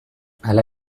hala